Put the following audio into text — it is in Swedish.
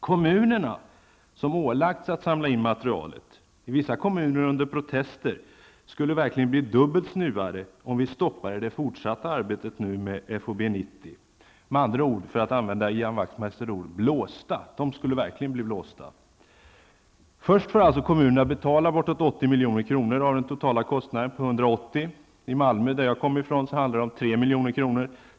Kommunerna, som har ålagts att samla in materialet, i vissa kommuner under protester, skulle verkligen bli dubbelt snuvade om vi stoppade det fortsatta arbetet med FoB 90. De skulle verkligen, för att använda Ian Wachtmeisters ord, bli blåsta. Först får alltså kommunerna betala bortåt 80 Malmö, som jag kommer ifrån, handlar det om 3 milj.kr.